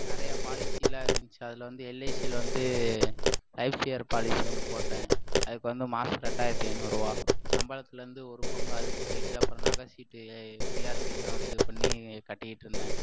நிறையா பாலிசிலாம் இருந்துச்சி அதில் வந்து எல்ஐசியில் வந்து லைஃப் இயர் பாலிசி ஒன்று போட்டேன் அதுக்கு வந்து மாதம் வந்து ரெண்டாயிரத்தி ஐநூறுரூபா சம்பளத்திலேந்து ஒரு பங்கு அதுக்கு போய்ட்டு அப்றம் நகை சீட்டு ஜிஆர்டியில் வந்து இது பண்ணி கட்டிட்டுருந்தேன்